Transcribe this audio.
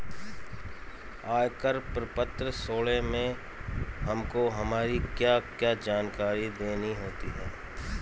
आयकर प्रपत्र सोलह में हमको हमारी क्या क्या जानकारी देनी होती है?